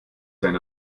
sein